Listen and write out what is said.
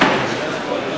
השוואות,